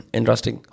Interesting